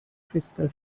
crystal